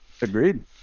agreed